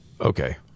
Okay